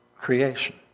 creation